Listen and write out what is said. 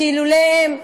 שאילולא הם,